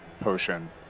potion